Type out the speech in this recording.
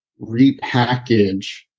repackage